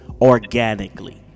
organically